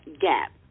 gap